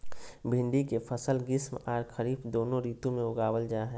भिंडी के फसल ग्रीष्म आर खरीफ दोनों ऋतु में उगावल जा हई